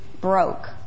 broke